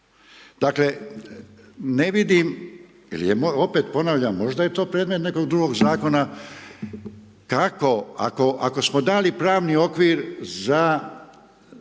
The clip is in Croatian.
Dakle, ne vidim i opet ponavljam, možda je to predmet nekog drugog zakona. Kako, ako smo dali pravni okvir za